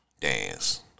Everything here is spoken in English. Dance